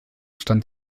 stand